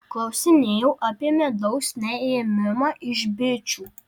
klausinėjau apie medaus neėmimą iš bičių